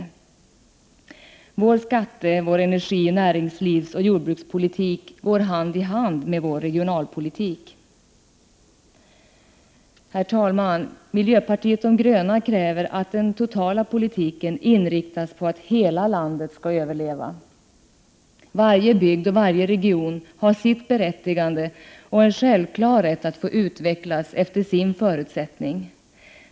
Vår skatte-, energi-, näringslivsoch jordbrukspolitik går hand i hand med vår regionalpolitik. Herr talman! Miljöpartiet de gröna kräver att den totala politiken inriktas på att hela landet skall överleva. Varje bygd och region har sitt berättigande och en självklar rätt att få utvecklas efter sin förutsättning.